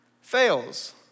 fails